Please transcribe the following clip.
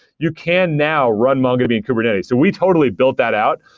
you can now run mongodb in kubernetes. so we totally built that out.